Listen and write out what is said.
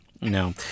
no